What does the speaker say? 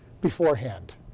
beforehand